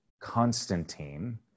Constantine